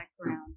background